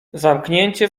zamknięcie